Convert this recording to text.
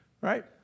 right